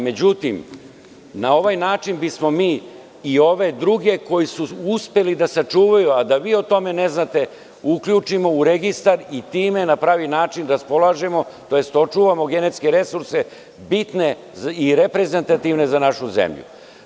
Međutim, na ovaj način bismo mi i ove druge koji su uspeli da sačuvaju, a da vi o tome ne znate, uključimo u registar i time na pravi način raspolažemo tj. očuvamo genetske resurse bitne i reprezentativne za našu zemlju.